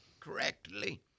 correctly